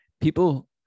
people